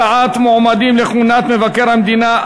הצעת מועמדים לכהונת מבקר המדינה),